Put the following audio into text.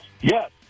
Yes